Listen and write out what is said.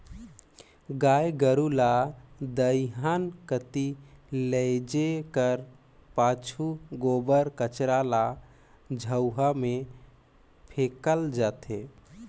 गाय गरू ल दईहान कती लेइजे कर पाछू गोबर कचरा ल झउहा मे फेकल जाथे